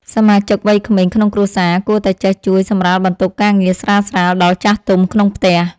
សមាជិកវ័យក្មេងក្នុងគ្រួសារគួរតែចេះជួយសម្រាលបន្ទុកការងារស្រាលៗដល់ចាស់ទុំក្នុងផ្ទះ។